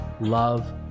love